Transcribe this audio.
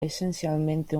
esencialmente